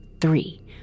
three